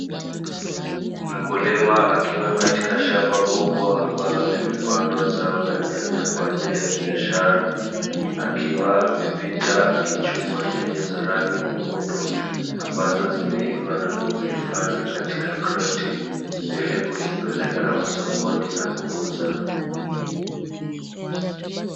Mkulima akiwa katika shamba kubwa ambalo limepandwa zao la nyanya kwa ajili ya biashara. Akiwa amepita akichuma nyanya za rangi nyekundu ambazo zimeiva na kuzihifadhi katika kreti, ili kuzipeleka masokoni na kuuzwa.